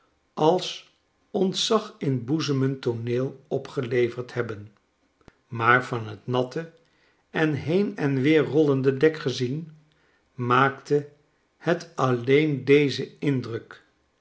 als ontzaginboezemend tooneel opgeleverd hebben maar van t natte en heen en weer rollende dek gezien maakte het alleen dezen indruk